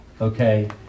Okay